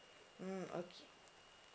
mm okay